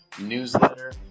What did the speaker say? newsletter